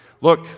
Look